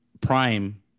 Prime